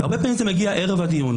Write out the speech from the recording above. הרבה פעמים זה מגיע ערב הדיון,